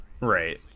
Right